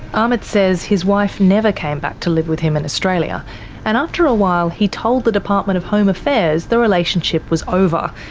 um says his wife never came back to live with him in australia and after a while he told the department of home affairs the relationship was over,